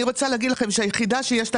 אני רוצה להגיד לכם שהיחידה שיש לה